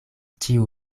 ĉiu